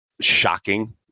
shocking